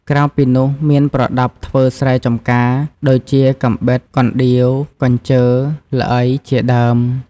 ក្រៅពីនោះមានប្រដាប់ធ្វើស្រែចម្ការ ដូចជា កាំបិត កណ្ដៀវ កញ្ជើ ល្អី ជាដើម។